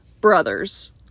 brothers